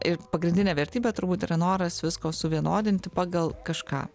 ir pagrindinė vertybė turbūt yra noras visko suvienodinti pagal kažką